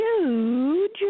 huge